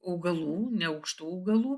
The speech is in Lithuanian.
augalų neaukštų augalų